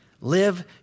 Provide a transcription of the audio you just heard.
live